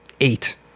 eight